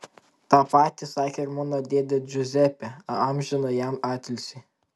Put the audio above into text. tą patį sakė ir mano dėdė džiuzepė amžiną jam atilsį